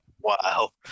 Wow